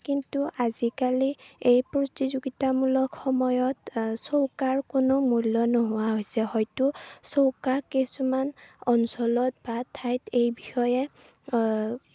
কিন্তু আজিকালি এই প্ৰতিযোগিতামূলক সময়ত চৌকাৰ কোনো মূল্য নোহোৱা হৈছে হয়তো চৌকা কিছুমান অঞ্চলত বা ঠাইত এই বিষয়ে